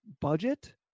budget